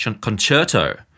concerto